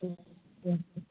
ठीक इएह छै